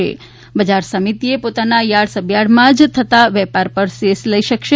તથા બજાર સમિતિએ પોતાના યાર્ડ સબયાર્ડમાં જ થતા વેપાર પર સેસ લઈ શકશે